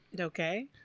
Okay